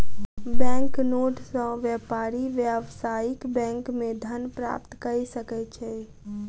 bank note सॅ व्यापारी व्यावसायिक बैंक मे धन प्राप्त कय सकै छै